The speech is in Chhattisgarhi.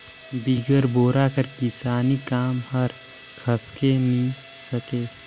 बिगर बोरा कर किसानी काम हर खसके नी सके